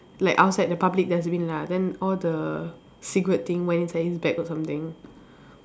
like outside the public dustbin lah then all the cigarette thing went inside his bag or something